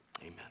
Amen